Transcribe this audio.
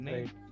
Right